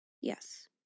Yes